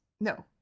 No